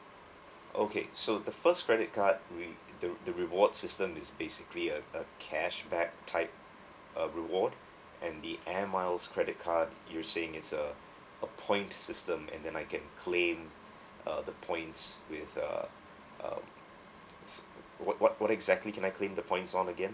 okay so the first credit card we the the reward system is basically a a cash back type uh reward and the airmiles credit card you saying it's a a points system and then I can claim uh the points with the uh um it's what what what exactly can I claim the points on again